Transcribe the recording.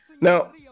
Now